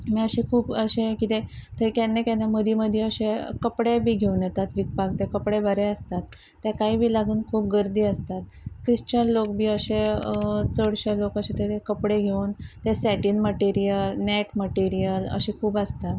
मागीर अशे खूब अशे कितें थंय केन्ना केन्ना मदीं मदीं अशे कपडे बी घेवन येतात विकपाक ते कपडे बरे आसतात ताकाय बी लागून खूब गर्दी आसतात क्रिश्चन लोक बी अशे चडशे लोक अशे कपडे घेवन ते सेटीन मटेरियल नॅट मटेरियल अशें खूब आसता